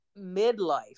midlife